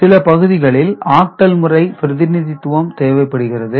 சில பகுதிகளில் ஆக்டல் முறை பிரதிநிதித்துவம் தேவைப்படுகிறது